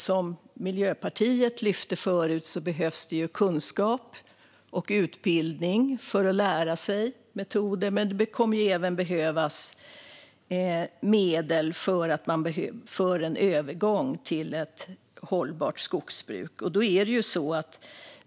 Som Miljöpartiet också lyfte behövs det kunskap och utbildning för att lära sig metoder, men det kommer även att behövas medel för en övergång till ett hållbart skogsbruk.